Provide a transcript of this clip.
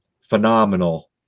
phenomenal